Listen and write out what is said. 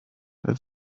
then